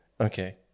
okay